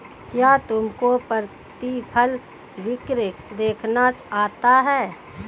क्या तुमको प्रतिफल वक्र देखना आता है?